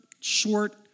short